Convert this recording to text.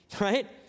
right